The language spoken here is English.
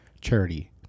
charity